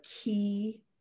key